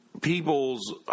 people's